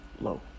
low